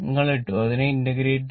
നിങ്ങൾ ഇട്ടു അതിനെ ഇന്റഗ്രേറ്റ്